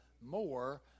more